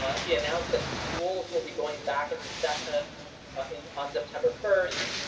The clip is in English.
he announced that schools will be going back into session and on september first.